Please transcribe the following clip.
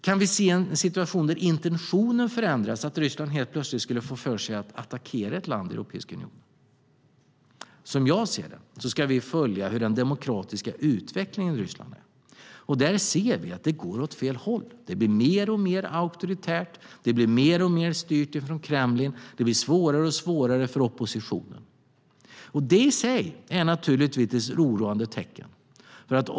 Kan vi se en situation där intentionen förändras, att Ryssland helt plötsligt får för sig att attackera ett land i Europeiska unionen? Jag anser att vi ska följa den demokratiska utvecklingen i Ryssland. Vi ser att den går åt fel håll. Ryssland blir mer och mer auktoritärt och styrs mer och mer från Kreml. Det blir svårare och svårare för oppositionen. Det i sig är naturligtvis ett oroande tecken.